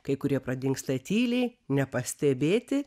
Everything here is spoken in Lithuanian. kai kurie pradingsta tyliai nepastebėti